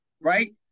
right